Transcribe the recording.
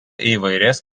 įvairias